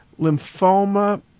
Lymphoma